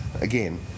again